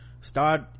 start